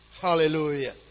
Hallelujah